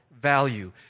value